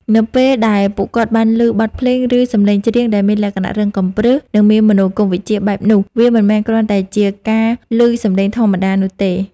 នៅពេលដែលពួកគាត់បានឮបទភ្លេង ឬសម្លេងច្រៀងដែលមានលក្ខណៈរឹងកំព្រឹស និងមានមនោគមវិជ្ជាបែបនោះ វាមិនមែនគ្រាន់តែជាការឮសម្លេងធម្មតានោះទេ។